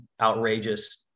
outrageous